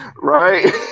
right